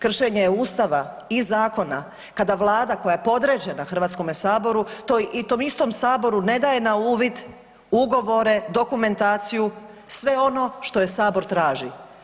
Kršenje je Ustava i zakona kada Vlada koja je podređena Hrvatskom saboru tom istom saboru ne daje na uvid ugovore, dokumentaciju sve ono što je sabor traži.